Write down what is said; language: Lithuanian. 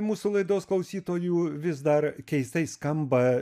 mūsų laidos klausytojų vis dar keistai skamba